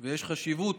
ויש חשיבות